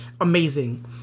Amazing